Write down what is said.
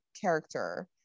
character